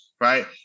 Right